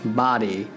body